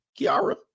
Kiara